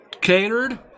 Catered